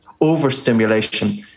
overstimulation